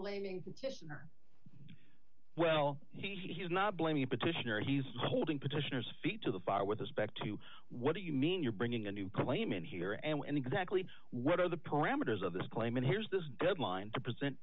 blaming kissing her well he's not blaming petitioner he's holding petitioner's feet to the fire with his back to what do you mean you're bringing a new claim in here and exactly what are the parameters of this claim and here's this deadline to present